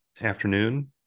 afternoon